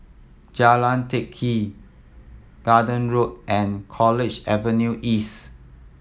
Jalan Teck Kee Garden Road and College Avenue East